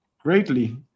greatly